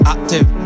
Active